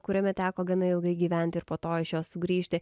kuriame teko gana ilgai gyventi ir po to iš jo sugrįžti